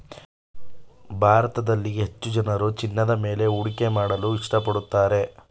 ಭಾರತದಲ್ಲಿ ಹೆಚ್ಚು ಜನರು ಚಿನ್ನದ ಮೇಲೆ ಹೂಡಿಕೆ ಮಾಡಲು ಇಷ್ಟಪಡುತ್ತಾರೆ